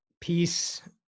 peace